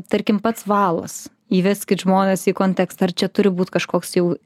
tarkim pats valas įveskit žmones į kontekstą ar čia turi būt kažkoks jau